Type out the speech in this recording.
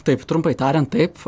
taip trumpai tariant taip